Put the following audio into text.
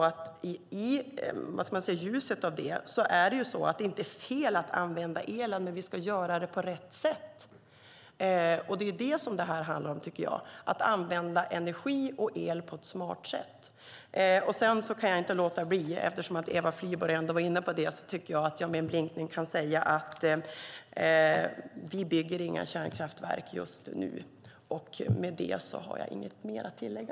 I ljuset av det kan jag säga att det inte är fel att använda el, men vi ska göra det på rätt sätt. Det är det som det här handlar om, tycker jag, att använda energi och el på ett smart sätt. Sedan kan jag inte låta bli, eftersom Eva Flyborg ändå var inne på det, att med en blinkning säga att vi inte bygger några kärnkraftverk just nu. Med det har jag inget mer att tillägga.